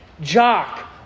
jock